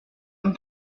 and